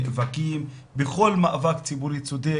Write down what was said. נאבקים בכל מאבק ציבורי צודק.